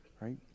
right